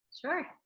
Sure